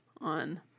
on